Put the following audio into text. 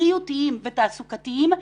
בריאותיים ותעסוקתיים,